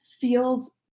feels